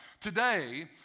Today